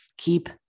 Keep